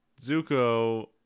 zuko